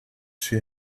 she